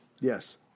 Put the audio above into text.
Yes